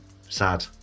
Sad